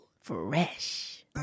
fresh